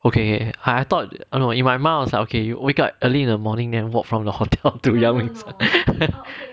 okay I thought err no in my mind okay you we got early in the morning then walk from the hotel to 阳明山